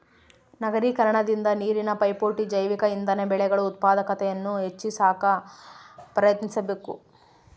ನಗರೀಕರಣದಿಂದ ನೀರಿನ ಪೈಪೋಟಿ ಜೈವಿಕ ಇಂಧನ ಬೆಳೆಗಳು ಉತ್ಪಾದಕತೆಯನ್ನು ಹೆಚ್ಚಿ ಸಾಕ ಪ್ರಯತ್ನಿಸಬಕು